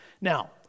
Now